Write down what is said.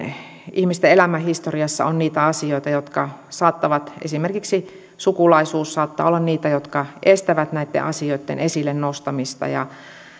ihmisten elämänhistoriassa on niitä asioita jotka saattavat olla esimerkiksi sukulaisuus saattaa olla niitä jotka estävät näitten asioitten esille nostamista